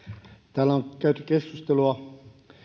täällä on käyty keskustelua